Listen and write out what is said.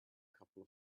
couple